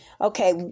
Okay